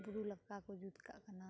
ᱵᱩᱨᱩ ᱞᱮᱠᱟ ᱠᱚ ᱡᱩᱛ ᱠᱟᱜ ᱠᱟᱱᱟ